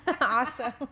Awesome